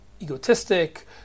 egotistic